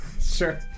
Sure